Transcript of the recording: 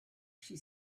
she